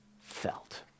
felt